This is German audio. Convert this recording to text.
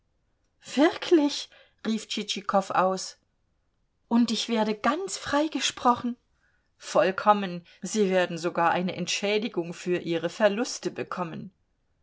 wirklich rief tschitschikow aus und ich werde ganz freigesprochen vollkommen sie werden sogar eine entschädigung für ihre verluste bekommen